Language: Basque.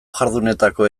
jardunetako